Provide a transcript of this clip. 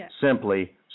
simply